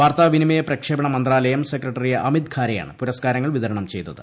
വാർത്താവിനിമയ പ്രക്ഷേപണ മന്ത്രാലയം സെക്രട്ടറി അമിത് ഖാരെയാണ് പുരസ്കാരങ്ങൾ വിതരണം ചെയ്തത്